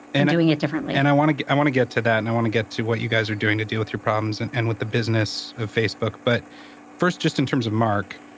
and doing it differently. and i wanna i wanna get to that, and i wanna get to what you guys are doing to deal with your problems and and with the business of facebook. but first, just in terms of mark,